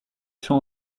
sont